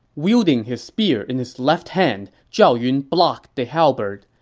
wielding his spear in his left hand, zhao yun blocked the halberd.